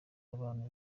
abantu